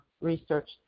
research